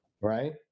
right